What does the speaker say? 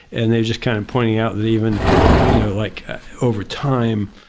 and they just kind of pointing out that even you know, like over time,